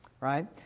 right